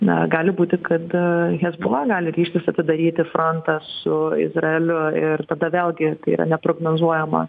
na gali būti kad hezbollah gali ryžtis atidaryti frontą su izraeliu ir tada vėlgi tai yra neprognozuojama